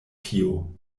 tio